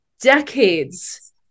decades